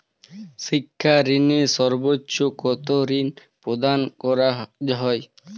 শিক্ষা ঋণে সর্বোচ্চ কতো ঋণ প্রদান করা হয়?